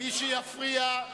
מי שיפריע,